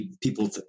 people